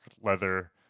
leather